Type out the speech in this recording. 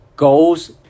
Goals